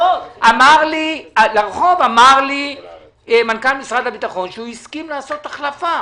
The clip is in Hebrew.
אמר לי מנכ"ל משרד הביטחון שהוא הסכים לעשות החלפה